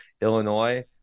Illinois